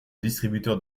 distributeurs